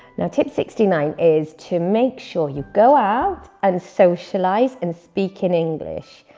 now, tip sixty nine is to make sure you go out and socialise, and speak in english.